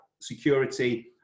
security